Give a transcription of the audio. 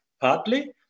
partly